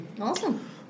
Awesome